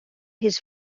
his